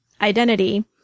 identity